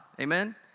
amen